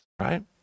right